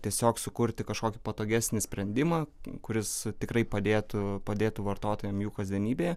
tiesiog sukurti kažkokį patogesnį sprendimą kuris tikrai padėtų padėtų vartotojam jų kasdienybėje